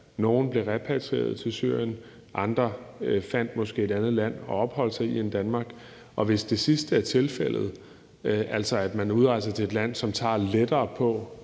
Nogle blev repatrieret til Syrien, andre fandt måske et andet land at opholde sig i end Danmark, og hvis det sidste er tilfældet, altså at man udrejser til et land, som tager lettere på,